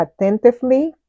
attentively